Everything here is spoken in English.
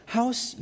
How's